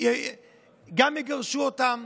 לא יהיו בבית, גם יגרשו אותם